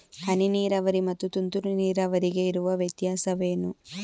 ಹನಿ ನೀರಾವರಿ ಮತ್ತು ತುಂತುರು ನೀರಾವರಿಗೆ ಇರುವ ವ್ಯತ್ಯಾಸವೇನು?